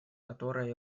которое